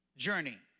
journey